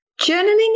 Journaling